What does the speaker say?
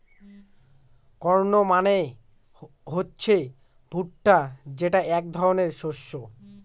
corn মানে হচ্ছে ভুট্টা যেটা এক ধরনের শস্য